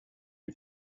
lui